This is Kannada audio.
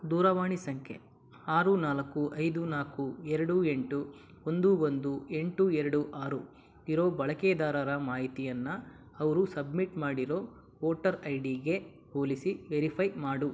ದೂರವಾಣಿ ಸಂಖ್ಯೆ ಆರು ನಾಲ್ಕು ಐದು ನಾಲ್ಕು ಎರಡು ಎಂಟು ಒಂದು ಒಂದು ಎಂಟು ಎರಡು ಆರು ಇರೋ ಬಳಕೆದಾರರ ಮಾಹಿತಿಯನ್ನು ಅವರು ಸಬ್ಮಿಟ್ ಮಾಡಿರೋ ವೋಟರ್ ಐ ಡಿಗೆ ಹೋಲಿಸಿ ವೆರಿಫೈ ಮಾಡು